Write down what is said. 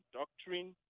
doctrine